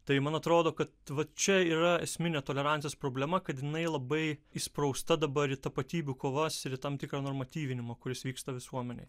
tai man atrodo kad va čia yra esminė tolerancijos problema kad jinai labai įsprausta dabar į tapatybių kovas tam tikrą normatyvinimą kuris vyksta visuomenėj